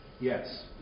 yes